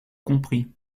compris